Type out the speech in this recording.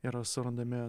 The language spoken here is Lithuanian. yra surandami